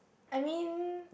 I mean